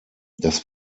das